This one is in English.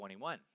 21